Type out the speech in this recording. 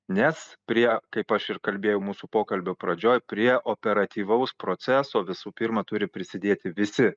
nes prie kaip aš ir kalbėjau mūsų pokalbio pradžioj prie operatyvaus proceso visų pirma turi prisidėti visi